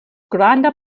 granda